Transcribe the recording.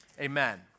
amen